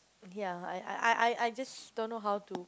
ya I I I I just don't know how to